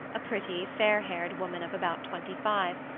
a pretty, fair-haired woman of about twenty five,